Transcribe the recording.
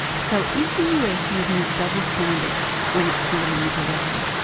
so is the us using a double standard when it's dealing with iran?